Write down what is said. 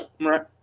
Right